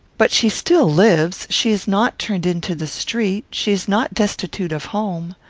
but she still lives. she is not turned into the street. she is not destitute of home.